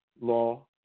law